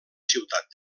ciutat